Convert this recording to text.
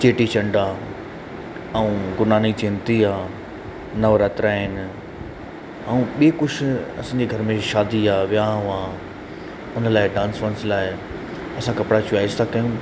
चेटी चंड आहे ऐं गुरू नानक जयंती आहे नवरात्रा आहिनि ऐं ॿी कुझु असांजे घर में शादी आहे वियांव आहे उन लाइ डांस वांस लाइ असां कपिड़ा चोइस था कयूं